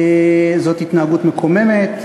זו התנהגות מקוממת,